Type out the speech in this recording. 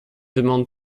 demande